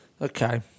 Okay